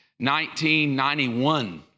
1991